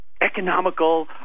economical